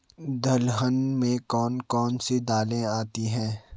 दलहन में कौन कौन सी दालें आती हैं?